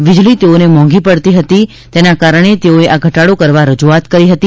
વીજળી તેઓને મોંઘી પડતી હતી તેના કારણે તેઓએ આ ઘટાડો કરવા રજૂઆત કરી હતી